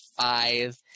five